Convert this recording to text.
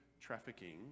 trafficking